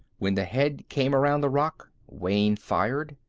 when the head came around the rock, wayne fired.